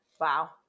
Wow